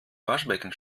waschbecken